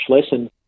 lesson